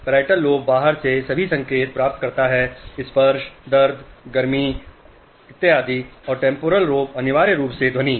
parietal lobe बाहर से सभी संकेत प्राप्त करता है स्पर्श दर्द गर्मी और टेम्पोरल लोब अनिवार्य रूप से ध्वनि